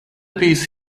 piece